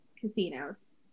casinos